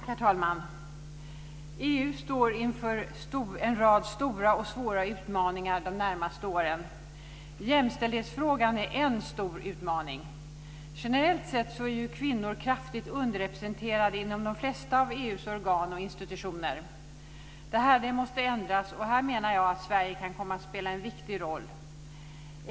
Herr talman! EU står inför en rad stora och svåra utmaningar de närmaste åren. Jämställdhetsfrågan är en stor utmaning. Generellt sett är kvinnor kraftigt underrepresenterade inom de flesta av EU:s organ och institutioner. Detta måste ändras, och här menar jag att Sverige kan komma att spela en viktig roll.